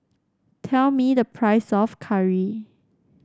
tell me the price of curry